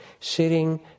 sitting